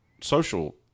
social